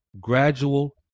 gradual